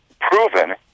proven